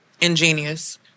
Ingenious